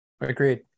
Agreed